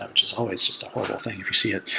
um which is always just a horrible thing if you see it.